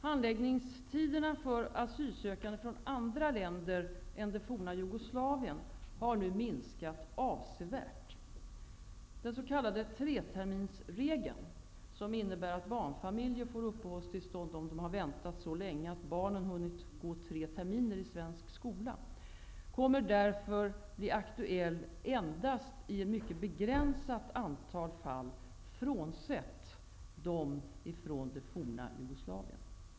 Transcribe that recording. Handläggningstiderna för asylsökande från andra länder än det forna Jugoslavien har nu minskat avsevärt. Den s.k. treterminsregeln, som innebär att barnfamiljer får uppehållstillstånd om de väntat så länge att barnen hunnit gå tre terminer i svensk skola, kommer därför att bli aktuell endast i ett mycket begränsat antal fall frånsett de f.d. jugoslaverna.